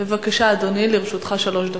בבקשה, אדוני, לרשותך שלוש דקות.